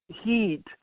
heat